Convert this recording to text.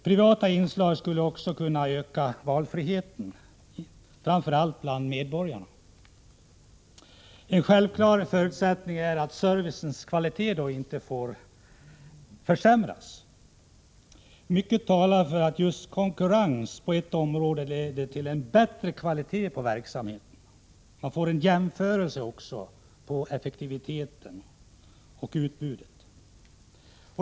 Privata inslag skulle också kunna öka valfriheten framför allt bland medborgarna. En självklar förutsättning är att servicens kvalitet inte får försämras. Mycket talar för att just konkurrens på ett område leder till bättre kvalitet på verksamheten. Man får också en jämförelse beträffande effektivitet och utbud.